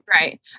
Right